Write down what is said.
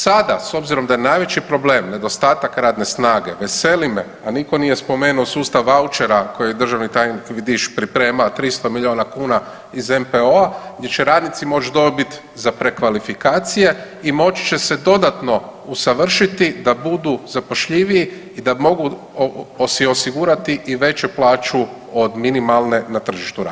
Sada s obzirom da je najveći problem nedostatak radne snage veseli me, a nitko nije spomenuo sustav vaučera koje državni tajnik Vidiš priprema 300 milijuna kuna iz MPO-a, gdje će radnici moći dobiti za prekvalifikacije i moći će se dodatno usavršiti da budu zapošljiviji i da si mogu osigurati veću plaću od minimalne na tržištu rada.